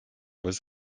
was